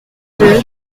deux